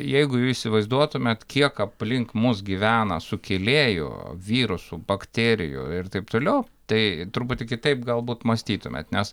jeigu jūs įsivaizduotumėt kiek aplink mus gyvena sukėlėjų virusų bakterijų ir taip toliau tai truputį kitaip galbūt mąstytumėt nes